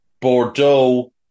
Bordeaux